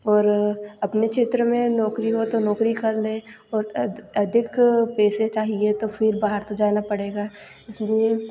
और अपने क्षेत्र में नौकरी हो तो नौकरी कर लें और अधिक पैसे चाहिए तो फिर बाहर तो जाना पड़ेगा इसलिए